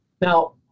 Now